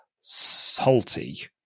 salty